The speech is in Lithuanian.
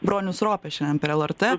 bronius ropė šiandien per lrt